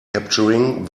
capturing